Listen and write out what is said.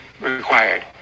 required